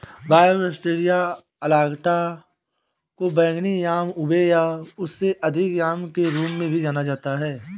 Dioscorea alata को बैंगनी yam ube या उससे अधिक याम के रूप में भी जाना जाता है